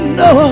no